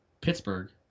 pittsburgh